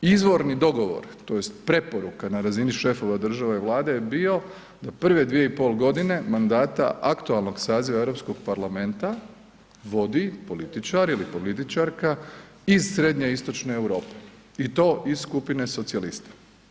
Izvorni dogovor tj. preporuka na razini šefova države i Vlade je bio da prve dvije i pol godine mandata aktualnog saziva Europskog parlamenta vodi političar ili političarka iz srednjoistočne Europe i to iz skupine socijalista.